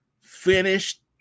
finished